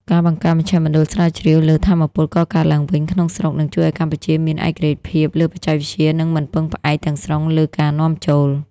ការបង្កើតមជ្ឈមណ្ឌលស្រាវជ្រាវលើ "ថាមពលកកើតឡើងវិញ" ក្នុងស្រុក នឹងជួយឱ្យកម្ពុជាមានឯករាជ្យភាពលើបច្ចេកវិទ្យា និងមិនពឹងផ្អែកទាំងស្រុងលើការនាំចូល។